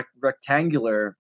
Rectangular